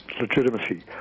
Legitimacy